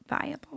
viable